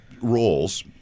roles